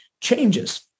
changes